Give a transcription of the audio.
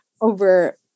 Over